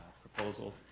proposal